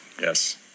Yes